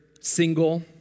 single